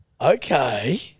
Okay